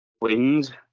wind